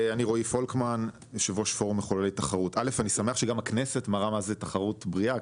אני שמח שגם הכנסת מראה מה זה תחרות בריאה,